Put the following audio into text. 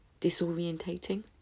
disorientating